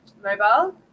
Mobile